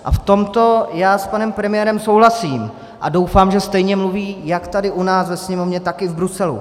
A v tomto já s panem premiérem souhlasím a doufám, že stejně mluví jak tady u nás ve Sněmovně, tak i v Bruselu.